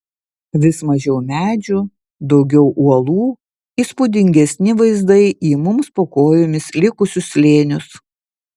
vis mažiau medžių daugiau uolų įspūdingesni vaizdai į mums po kojomis likusius slėnius